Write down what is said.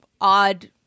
odd